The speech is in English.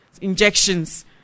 injections